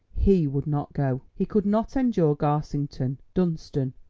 he would not go. he could not endure garsington, dunstan,